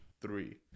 three